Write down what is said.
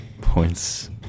points